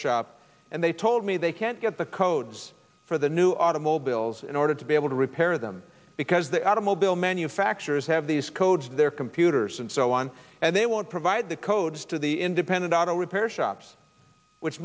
shop and they told me they can't get the codes for the new automobiles in order to be able to repair them because the automobile manufacturers have these codes their computers and so on and they won't provide the codes to the independent auto repair shops which